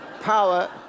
Power